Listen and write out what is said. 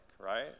right